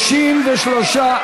התשע"ו 2016,